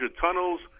tunnels